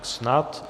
Snad.